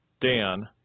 Dan